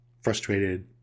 frustrated